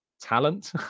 talent